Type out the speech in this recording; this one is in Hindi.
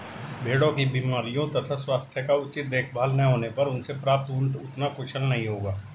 भेड़ों की बीमारियों तथा स्वास्थ्य का उचित देखभाल न होने पर उनसे प्राप्त ऊन उतना कुशल नहीं होगा